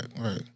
right